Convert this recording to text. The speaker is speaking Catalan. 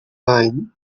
any